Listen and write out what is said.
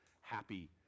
happy